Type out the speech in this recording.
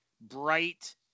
bright